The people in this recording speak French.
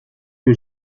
que